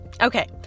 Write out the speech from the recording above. Okay